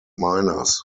miners